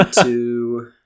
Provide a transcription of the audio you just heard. two